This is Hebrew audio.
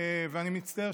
ואני מצטער,